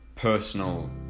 personal